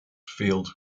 failed